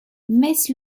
mess